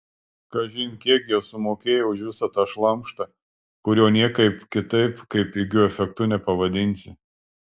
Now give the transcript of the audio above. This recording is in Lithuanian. kažin kiek jos sumokėjo už visą tą šlamštą kurio niekaip kitaip kaip pigiu efektu nepavadinsi